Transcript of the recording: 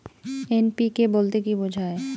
NPK বলতে কী বোঝায়?